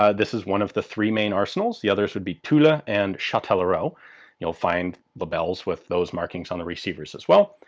ah this is one of the three main arsenals, the others would be tulle ah and chatellerault. you'll find lebels with those markings on the receivers as well.